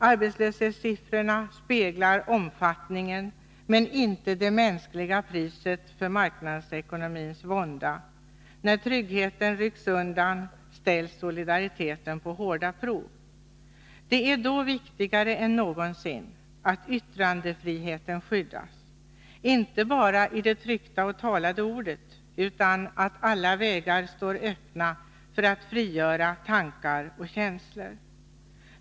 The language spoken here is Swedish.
Arbetslöshetssiffrorna speglar omfattningen men inte det mänskliga priset för marknadsekonomins vånda. När tryggheten rycks undan ställs solidariteten på hårda prov. Det är då viktigare än någonsin att yttrandefriheten skyddas, inte bara i det tryckta och talade ordet. Det är angeläget att alla vägar står öppna för att frigöra tankar och känslor.